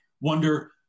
wonder